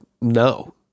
no